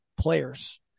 players